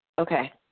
Okay